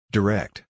Direct